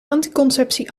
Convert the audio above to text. anticonceptie